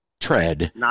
tread